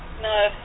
no